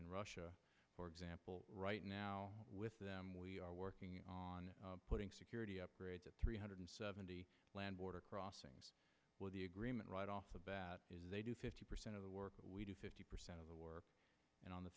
in russia for example right now with them we are working on putting security upgrades at three hundred seventy land border crossings with the agreement right off the bat is they do fifty percent of the work we do fifty percent of the work and on the